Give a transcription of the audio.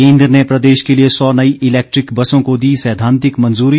केंद्र ने प्रदेश के लिए एक सौ नई इलेक्ट्रिक बसों को दी सैद्वांतिक मंजूरी